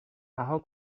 رها